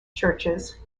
churches